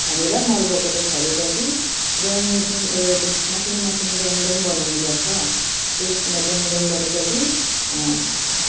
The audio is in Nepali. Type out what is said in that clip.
खनेर मल बोकेर छरे पछि ड्याङ एउटा मसिनो मसिनो ड्याङ ड्याङ बनाउनु पर्छ त्यसमा ड्याङ ड्याङ बने पछि